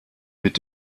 mit